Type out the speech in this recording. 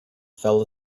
fell